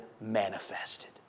manifested